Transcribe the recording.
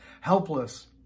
helpless